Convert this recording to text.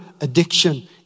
addiction